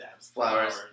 flowers